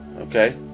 Okay